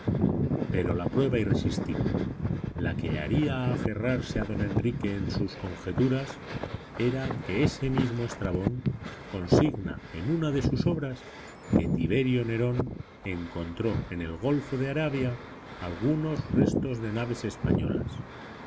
pero la prueba irresistible la que haría aferrarse a don enrique en sus conjeturas era que ese mismo estrabón consigna en una de sus obras que tiberio nerón encontró en el golfo de arabia algunos restos de naves españolas